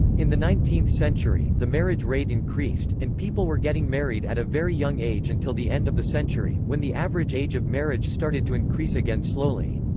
in the nineteenth century, the marriage rate increased, and people were getting married at a very young age until the end of the century, when the average age of marriage started to increase again slowly.